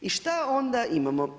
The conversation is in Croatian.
I šta onda imamo?